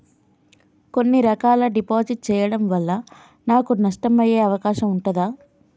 కొన్ని రకాల డిపాజిట్ చెయ్యడం వల్ల నాకు నష్టం అయ్యే అవకాశం ఉంటదా?